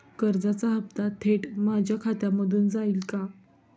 कर्जाचा हप्ता थेट माझ्या खात्यामधून जाईल का?